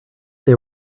they